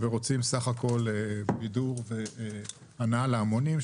ורוצים בסך הכול בידור והנאה להמונים,